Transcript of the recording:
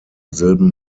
silben